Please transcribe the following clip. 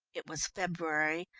it was february,